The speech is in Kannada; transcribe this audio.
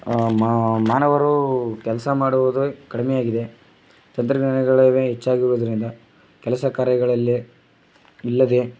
ಮಾ ಮಾನವರು ಕೆಲಸ ಮಾಡುವುದು ಕಡಿಮೆಯಾಗಿದೆ ತಂತ್ರಜ್ಞಾನಗಳೇ ಹೆಚ್ಚಾಗಿರುವುದರಿಂದ ಕೆಲಸ ಕಾರ್ಯಗಳಲ್ಲಿ ಇಲ್ಲದೇ